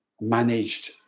managed